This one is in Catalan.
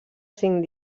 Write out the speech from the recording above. cinc